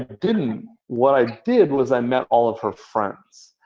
didn't. what i did was i met all of her friends.